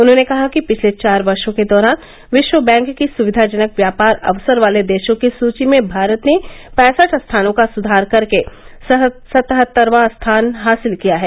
उन्होंने कहा कि पिछले चार वर्षों के दौरान विश्वबैंक की सुविधाजनक व्यापार अवसर वाले देशों की सूची में भारत ने पैंसठ स्थानों का सुधार करके सतहत्तरवां स्थान हासिल किया है